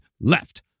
LEFT